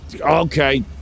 okay